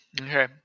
Okay